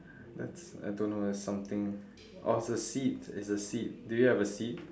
that's I don't know it's something oh it's a seat it's a seat do you have a seat